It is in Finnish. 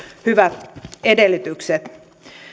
hyvät edellytykset